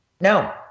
No